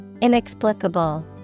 inexplicable